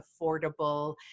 affordable